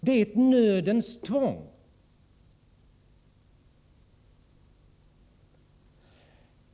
Det är ett nödens tvång.